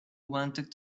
wanted